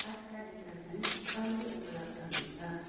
pasta detergent कहिले उपलब्ध हुनेछ